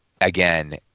again